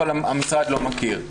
אבל המשרד לא מכיר.